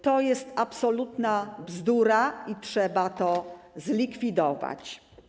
To jest absolutna bzdura i trzeba to zlikwidować.